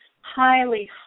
highly